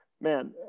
man